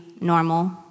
normal